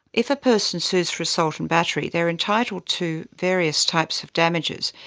if a person sues for assault and battery, they are entitled to various types of damages.